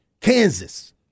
Kansas